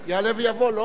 אדוני